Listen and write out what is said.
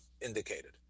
indicated